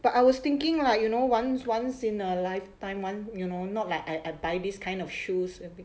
but I was thinking like you know once once in a lifetime one you know not like I I buy this kind of shoes